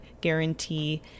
guarantee